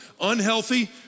unhealthy